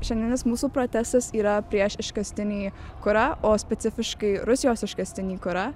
šiandieninis mūsų protestas yra prieš iškastinį kurą o specifiškai rusijos iškastinį kurą